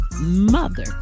mother